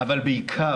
אבל בעיקר,